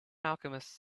alchemist